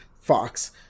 fox